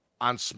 on